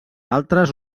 altres